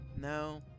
No